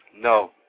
No